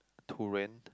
to rent